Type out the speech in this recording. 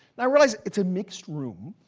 yeah realize, it's a mixed room.